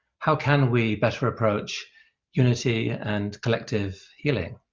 how can we better approach unity and collective healing?